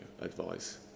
advice